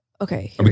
Okay